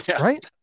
Right